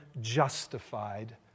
justified